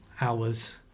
hours